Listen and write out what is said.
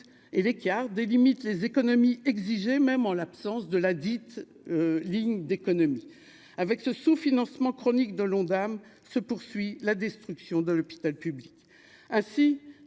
et l'écart des limites les économies exigées, même en l'absence de la dite ligne d'économie avec ce sous-financement chronique de l'Ondam se poursuit la destruction de l'hôpital public assis